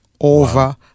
Over